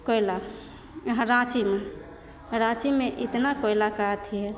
कोयला यहाँ राँचीमे राँचीमे इतना कोयला का अथी हय